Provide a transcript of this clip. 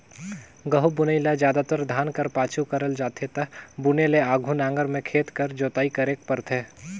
गहूँ बुनई ल जादातर धान कर पाछू करल जाथे ता बुने ले आघु नांगर में खेत कर जोताई करेक परथे